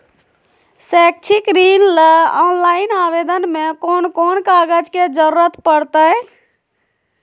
शैक्षिक ऋण ला ऑनलाइन आवेदन में कौन कौन कागज के ज़रूरत पड़तई?